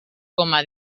coma